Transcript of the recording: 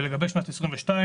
לגבי שנת 2022,